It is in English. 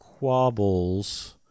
quabbles